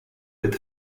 with